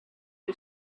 who